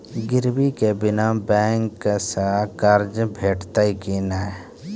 गिरवी के बिना बैंक सऽ कर्ज भेटतै की नै?